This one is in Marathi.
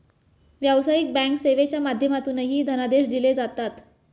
व्यावसायिक बँक सेवेच्या माध्यमातूनही धनादेश दिले जातात